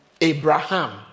Abraham